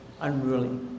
unruly